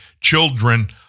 children